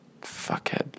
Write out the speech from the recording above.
fuckhead